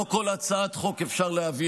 לא כל הצעת חוק אפשר להעביר.